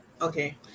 Okay